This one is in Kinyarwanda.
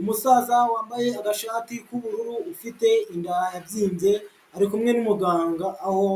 Umusaza wambaye agashati k'ubururu ufite inda yabyimbye, ari kumwe n'umuganga, aho